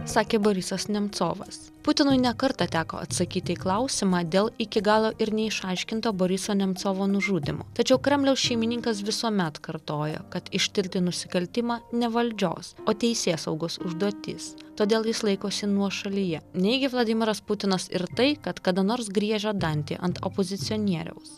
sakė borisas nemcovas putinui ne kartą teko atsakyti į klausimą dėl iki galo ir neišaiškinto boriso nemcovo nužudymo tačiau kremliaus šeimininkas visuomet kartojo kad ištirti nusikaltimą ne valdžios o teisėsaugos užduotis todėl jis laikosi nuošalyje neigia vladimiras putinas ir tai kad kada nors griežė dantį ant opozicionieriaus